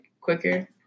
quicker